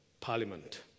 parliament